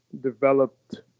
developed